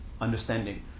understanding